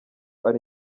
ari